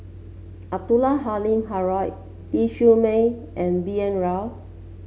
Abdul Halim Haron Lau Siew Mei and B N Rao